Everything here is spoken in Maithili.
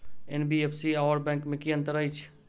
एन.बी.एफ.सी आओर बैंक मे की अंतर अछि?